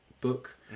book